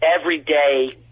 everyday